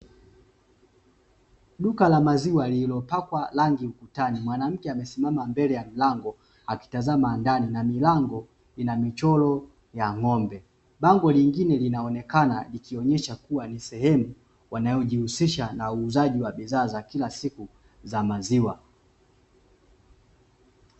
Duka la maziwa lilopakwa rangi ukutani, mwanamke amesimama mbele ya mlango akitazama ndani na milango ina michoro ya ng'ombe. Bango lingine linaonekana likionesha kuwa ni sehemu wanayojihusisha na uuzaji wa bidhaa za kila siku za maziwa.